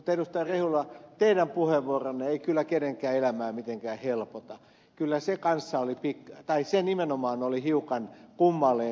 rehula teidän puheenvuoronne ei kyllä kenenkään elämää mitenkään helpota kyllä se nimenomaan oli hiukan kummallinen